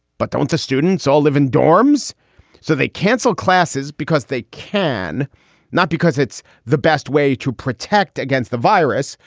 but don't the students all live in dorms so they cancel classes because they can not? because it's the best way to protect against the virus.